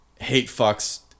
hate-fucks